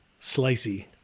slicey